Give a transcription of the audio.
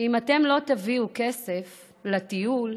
אם אתם לא תביאו כסף לטיול,